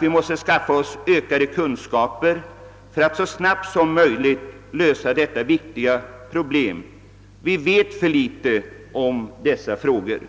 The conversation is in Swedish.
min mening skaffa oss ökade kunskaper för att så snabbt som möjligt lösa detta viktiga problem. Vi vet för litet om dessa frågor.